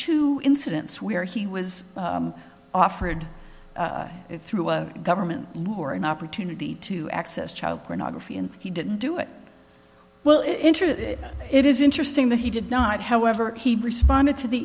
two incidents where he was offered through a government lou or an opportunity to access child pornography and he didn't do it well in truth it is interesting that he did not however he responded to the